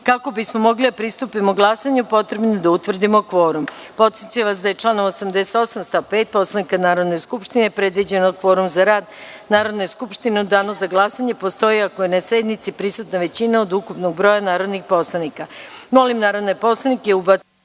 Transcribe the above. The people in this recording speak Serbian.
bismo mogli da pristupimo glasanju, potrebno je da utvrdimo kvorum. Podsećam vas da je članom 88. stav 5. Poslovnika Narodne skupštine predviđeno da kvorum za rad Narodne skupštine u danu za glasanje postoji ako je na sednici prisutna većina od ukupnog broja narodnih poslanika. Molim narodne poslanike da